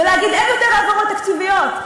ולהגיד: אין יותר העברות תקציביות,